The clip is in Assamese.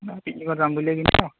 নাই পিকনিকত যাম বুলিয়ে